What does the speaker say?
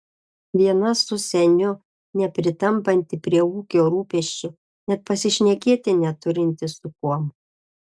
viena su seniu nepritampanti prie ūkio rūpesčių net pasišnekėti neturinti su kuom